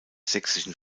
sächsischen